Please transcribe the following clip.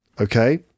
Okay